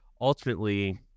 ultimately